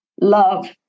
love